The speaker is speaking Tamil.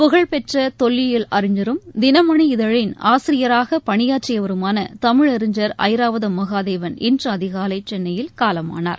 புகழ்பெற்ற தொல்லியல் இதழின் ஆசிரியராக பணியாற்றியவருமான தமிழறிஞர் ஐராவதம் மகாதேவன் இன்று அதிகாலை சென்னையில் காலமானார்